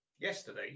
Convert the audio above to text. Yesterday